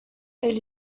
elle